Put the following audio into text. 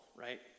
right